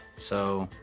so